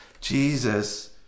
Jesus